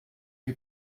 die